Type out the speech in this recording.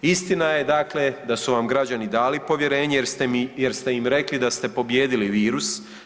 Istina je dakle da su vam građani dali povjerenje jer ste im rekli da ste pobijedili virus.